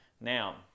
Now